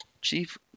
Chief